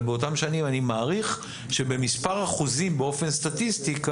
אבל באותן שנים אני מעריך שבמספר אחוזים באופן סטטיסטי,